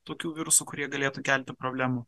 tokių virusų kurie galėtų kelti problemų